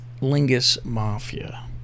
LingusMafia